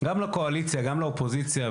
גם לקואליציה וגם לאופוזיציה,